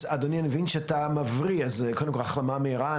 אדוני, אני מבין שאתה מבריא, אז החלמה מהירה.